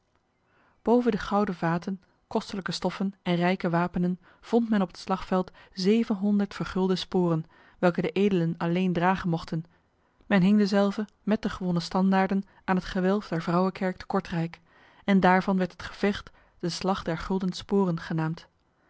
boven de gouden vaten kostelijke stoffen en rijke wapenen vond men op het slagveld zevenhonderd vergulde sporen welke de edelen alleen dragen mochten men hing dezelve met de gewonnen standaarden aan het gewelf der vrouwekerk te kortrijk en daarvan werd het gevecht de slag der gulden sporen genaamd